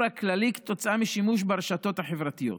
הכללי כתוצאה משימוש ברשתות החברתיות.